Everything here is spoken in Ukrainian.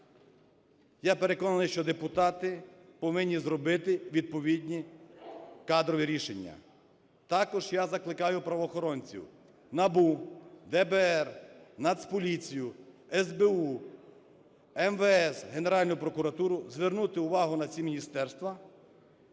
Я переконаний, що депутати повинні зробити відповідні кадрові рішення. Також я закликаю правоохоронців: НАБУ, ДБР, Нацполіцію, СБУ, МВС, Генеральну прокуратуру - звернути увагу на ці міністерства